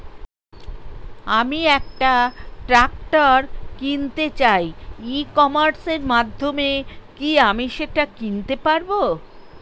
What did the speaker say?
আমি একটা ট্রাক্টর কিনতে চাই ই কমার্সের মাধ্যমে কি আমি সেটা কিনতে পারব?